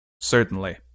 Certainly